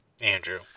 Andrew